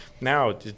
Now